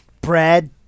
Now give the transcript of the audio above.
Brad